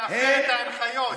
קראת להפר את ההנחיות.